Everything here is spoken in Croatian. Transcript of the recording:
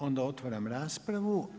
Onda otvaram raspravu.